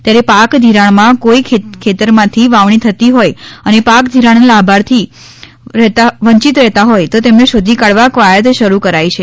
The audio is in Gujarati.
ત્યારે પાક ઘિરાણમાં કોઇ ખેતરમાં વાવણી થતી હોય અને પાક ધિરાણના લાભાર્થી વંચિત રહેતા હોય તો તેમને શોધી કાઢવા કવાયત શરૂ કરાઇ છે